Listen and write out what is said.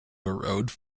erode